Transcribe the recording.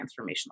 transformational